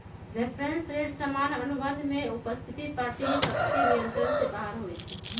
reference rate सामान्य अनुबंध में उपस्थित पार्टिय सभके नियंत्रण से बाहर होइ छइ